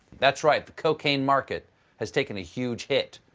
that's right, the cocaine market has taken a huge hit.